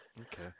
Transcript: Okay